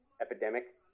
epidemic